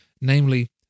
namely